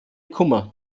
kummer